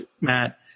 Matt